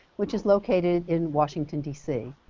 which is located in washington, d c.